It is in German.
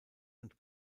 und